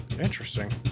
Interesting